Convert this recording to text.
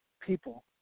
people